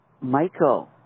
Michael